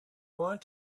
want